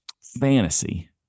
fantasy